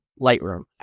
Lightroom